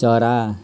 चरा